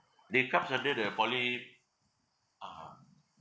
they comes under the poly (uh huh)